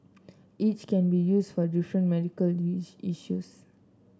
each can be used for different medical issues